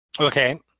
Okay